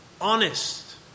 honest